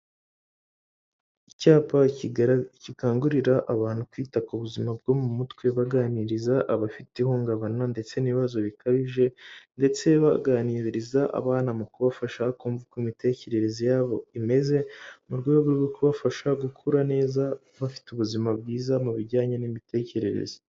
Icyapa gikangurira abantu kwita ku buzima bwo mu mutwe baganiriza abafite ihungabana ndetse n'ibibazo bikabije, ndetse baganiriza abana mu kubafasha kumva uko imitekerereze yabo imeze, mu rwego rwo kubafasha gukura neza bafite ubuzima bwiza mu bijyanye n'imitekerereze.